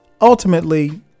ultimately